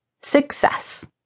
Success